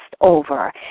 over